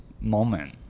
moment